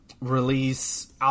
release